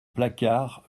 placard